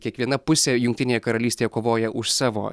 kiekviena pusė jungtinėje karalystėje kovoja už savo i